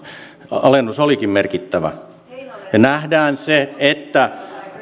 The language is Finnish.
alennus olikin merkittävä me näemme että